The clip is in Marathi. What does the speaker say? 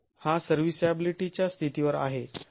हा सर्व्हीसॅबिलीटी च्या स्थितीवर आहे